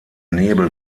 nebel